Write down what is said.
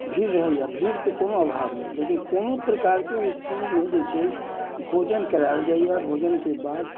भीड़ रहैया भीड़ के कोनो अभाव नहि लेकिन कोनो प्रकार के ओहि इसकूलमे जे छै भोजन करै लए जाइया भोजन के बाद